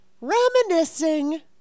reminiscing